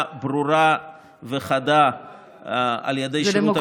ברורה וחדה על ידי שירות הביטחון הכללי,